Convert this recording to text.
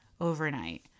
overnight